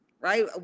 right